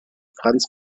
franz